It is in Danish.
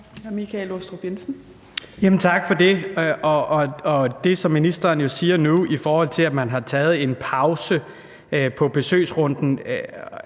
Michael Aastrup Jensen (V): Tak for det. Det, som ministeren nu siger om, at man har taget en pause i besøgsrunden,